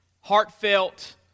heartfelt